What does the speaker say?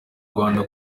rwanda